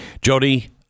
Jody